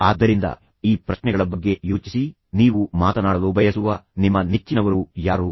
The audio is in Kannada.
ಆದ್ದರಿಂದ ಈ ಪ್ರಶ್ನೆಗಳ ಬಗ್ಗೆ ಯೋಚಿಸಿ ನೀವು ಮಾತನಾಡಲು ಬಯಸುವ ನಿಮ್ಮ ನೆಚ್ಚಿನವರು ಯಾರು